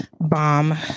Bomb